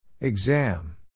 Exam